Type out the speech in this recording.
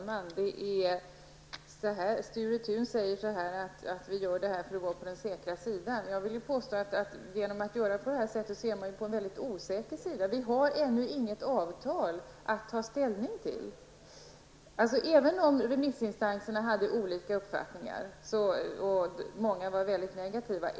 Fru talman! Sture Thun säger att man gör detta för att vara på den säkra sidan. Jag vill påstå att man genom att göra på det här sättet hamnar på den osäkra sidan. Vi har ännu inget avtal att ta ställning till. Även remissinstanserna hade olika uppfattningar och många var mycket negativa.